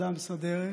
המסדרת,